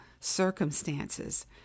circumstances